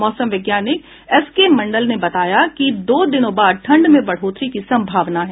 मौसम वैज्ञानिक S K Mandal ने बताया कि दो दिनों बाद ठंड में बढ़ोतरी की संभावना है